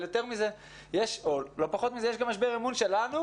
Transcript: יותר מזה או לא פחות מזה יש גם משבר אמון שלנו